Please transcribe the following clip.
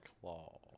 claw